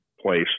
place